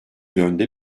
yönde